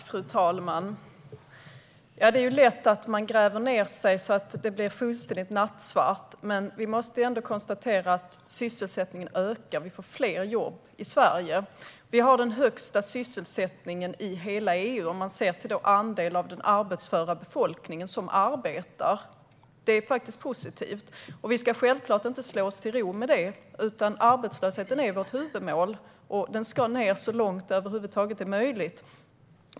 Fru talman! Det är lätt att gräva ned sig så att det blir fullständigt nattsvart, men vi måste ändå konstatera att sysselsättningen ökar. Det blir fler jobb i Sverige. Vi har den högsta sysselsättningen i hela EU sett till andel av den arbetsföra befolkningen som arbetar. Det är positivt. Men vi ska självklart inte slå oss till ro med det; arbetslösheten är vårt huvudmål och den ska ned så långt som det över huvud taget är möjligt.